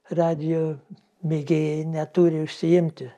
radijo mėgėjai neturi užsiimti